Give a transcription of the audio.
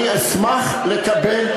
אני אשמח לקבל,